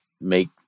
make